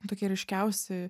tokie ryškiausi